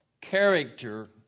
character